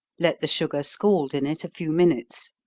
let the sugar scald in it a few minutes.